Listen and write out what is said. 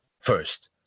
first